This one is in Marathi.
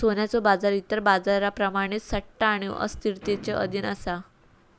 सोन्याचो बाजार इतर बाजारांप्रमाणेच सट्टा आणि अस्थिरतेच्यो अधीन असा